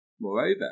Moreover